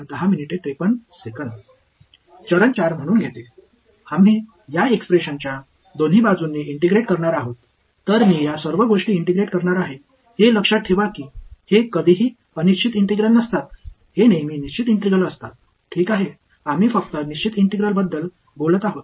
நாம் சிலவற்றை செய்தோம் கையாளுதலைப் பார்த்தோம் அடுத்து ஒருங்கிணைக்க முயற்சி செய்வோம் என்ன நடக்கிறது என்று பார்ப்போம் ஒரு படி 4 ஆக எடுத்துக்கொள்கிறோம் இந்த வெளிப்பாட்டின் இருபுறமும் நாம் ஒருங்கிணைக்கப் போகிறோம்